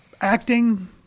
acting